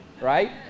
right